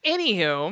Anywho